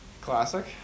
Classic